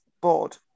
board